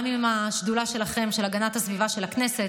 גם עם השדולה שלכם של הגנת הסביבה של הכנסת